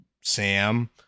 Sam